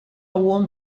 warm